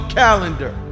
calendar